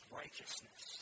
righteousness